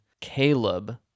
Caleb